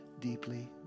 deeply